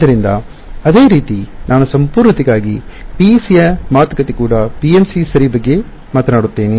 ಆದ್ದರಿಂದ ಅದೇ ರೀತಿ ನಾನು ಸಂಪೂರ್ಣತೆಗಾಗಿ PEC ಯ ಮಾತುಕತೆ ಕೂಡ PMC ಸರಿ ಬಗ್ಗೆ ಮಾತನಾಡುತ್ತೇನೆ